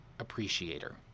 Appreciator